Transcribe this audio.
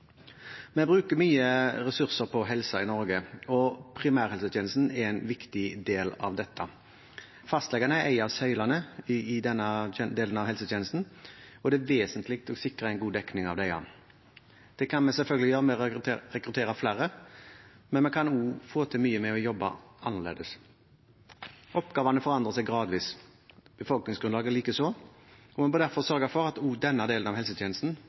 Vi bruker mye ressurser på helse i Norge, og primærhelsetjenesten er en viktig del av dette. Fastlegene er en av søylene i denne delen av helsetjenesten, og det er vesentlig å sikre en god dekning. Det kan vi selvfølgelig gjøre ved å rekruttere flere, men vi kan også få til mye med å jobbe annerledes. Oppgavene forandrer seg gradvis, befolkningsgrunnlaget likeså, og vi må derfor sørge for at også denne delen av helsetjenesten